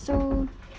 so